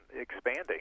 expanding